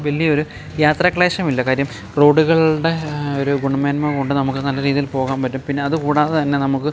വലിയൊരു യാത്രാക്ലേശം ഇല്ല കാര്യം റോഡുകളുടെ ഒരു ഗുണമേന്മകൊണ്ട് നമുക്ക് നല്ല രീതിയിൽ പോകാൻ പറ്റും പിന്നെ അതുകൂടാതെ തന്നെ നമുക്ക്